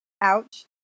ouch